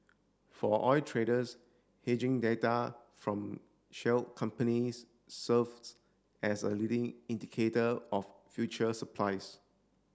for oil traders hedging data from shale companies serves as a leading indicator of future supplies